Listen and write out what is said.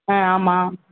ஆ ஆமாம்